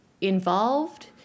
involved